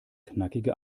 knackige